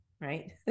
right